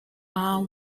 are